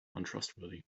untrustworthy